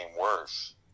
worse